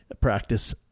practice